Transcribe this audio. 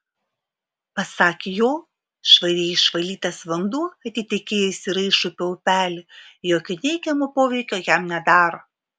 pasak jo švariai išvalytas vanduo atitekėjęs į raišupio upelį jokio neigiamo poveikio jam nedaro